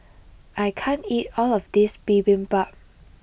I can't eat all of this Bibimbap